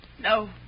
No